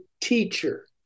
teacher